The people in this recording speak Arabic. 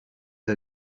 إلى